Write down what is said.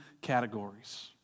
categories